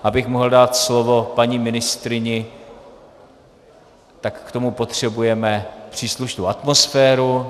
Abych mohl dát slovo paní ministryni, tak k tomu potřebujeme příslušnou atmosféru.